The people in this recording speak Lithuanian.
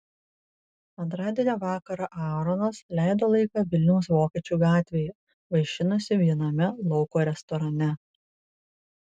antradienio vakarą aaronas leido laiką vilniaus vokiečių gatvėje vaišinosi viename lauko restorane